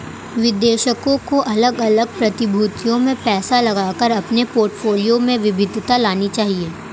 निवेशकों को अलग अलग प्रतिभूतियों में पैसा लगाकर अपने पोर्टफोलियो में विविधता लानी चाहिए